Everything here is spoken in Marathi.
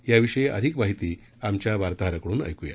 याविषयी अधिक माहिती आमच्या वार्ताहराकडून ऐकूया